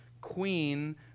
queen